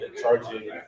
charging